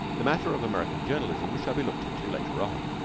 the matter of american journalism shall be looked into later on.